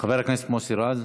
חבר הכנסת מוסי רז,